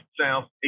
south